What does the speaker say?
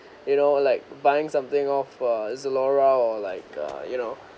you know like buying something of a Zalora or like uh you know